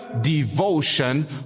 devotion